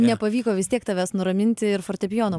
nepavyko vis tiek tavęs nuraminti ir fortepijono